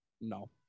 No